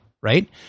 right